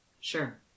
Sure